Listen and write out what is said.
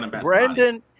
Brandon